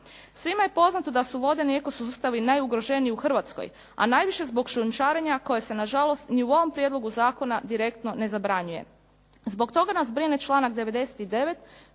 Svima je poznato da su vodeni eko sustavi najugroženiji u Hrvatskoj, a najviše zbog šljunčarenja koja se na žalost ni u ovom prijedlogu zakona direktno ne zabranjuje. Zbog toga nas brine članak 99.